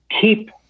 keep